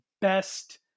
best